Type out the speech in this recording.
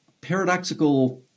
paradoxical